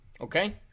Okay